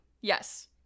Yes